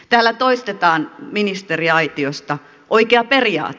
täällä toistetaan ministeriaitiosta oikea periaate